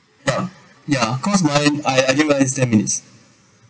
yeah ya cause I I think minus ten minutes